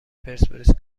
پرسپولیس